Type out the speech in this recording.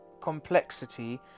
complexity